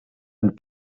amb